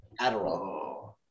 Adderall